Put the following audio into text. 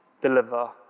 deliver